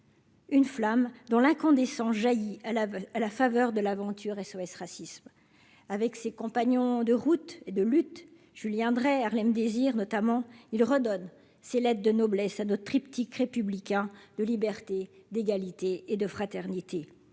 Une flamme dans l'incandescent jaillit à la, à la faveur de l'aventure, SOS Racisme avec ses compagnons de route de lutte, Julien Dray, Harlem Désir, notamment il redonne ses lettres de noblesse à 2 triptyque républicain de liberté, d'égalité et de fraternité,